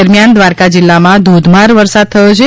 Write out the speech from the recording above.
દરમ્યાન દ્વારકા જીલ્લામાં ધીધમાર વરસાદ થયો છે